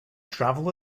travel